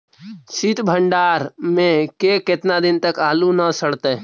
सित भंडार में के केतना दिन तक आलू न सड़तै?